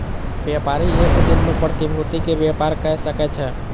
व्यापारी एक दिन में प्रतिभूति के व्यापार कय सकै छै